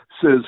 says